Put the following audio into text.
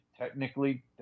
Technically